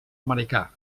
americà